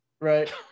Right